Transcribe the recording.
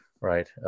right